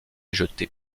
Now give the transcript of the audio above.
jeté